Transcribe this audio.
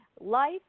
life